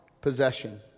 possession